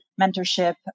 mentorship